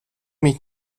mich